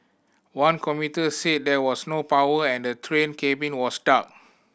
one commuter said there was no power and the train cabin was dark